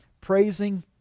praising